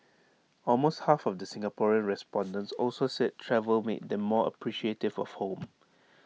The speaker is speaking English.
almost half of the Singaporean respondents also said travel made them more appreciative of home